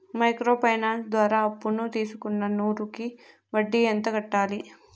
Micro finance ద్వారా అప్పును తీసుకున్న నూరు కి వడ్డీ ఎంత కట్టాలి?